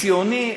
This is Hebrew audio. ציוני,